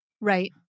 Right